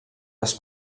les